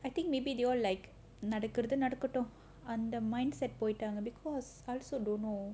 I think maybe they will like நடக்குறது நடக்கட்டும் அந்த:nadakkurathu nadakkattum antha mindset போய்டாங்க:poyitaanga because I also don't know